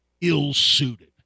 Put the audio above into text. ill-suited